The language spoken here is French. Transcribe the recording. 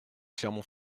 clermont